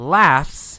laughs